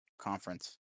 conference